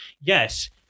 yes